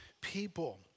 people